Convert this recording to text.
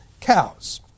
cows